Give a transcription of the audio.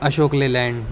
Ashok Leyland